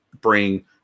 bring